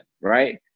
Right